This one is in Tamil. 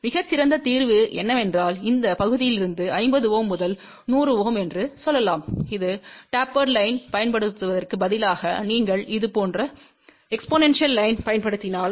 மிகச் சிறந்த தீர்வு என்னவென்றால் இந்த பகுதியிலிருந்து 50 Ω முதல் 100 Ω என்று சொல்லலாம் இது டேப்பர்ட் லைன் பயன்படுத்துவதற்குப் பதிலாக நீங்கள் இது போன்ற எஸ்பொனென்ஸியல் லைன் பயன்படுத்தினால்